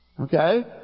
Okay